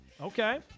Okay